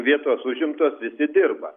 vietos užimtos visi dirba